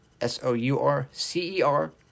S-O-U-R-C-E-R